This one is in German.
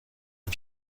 auf